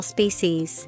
Species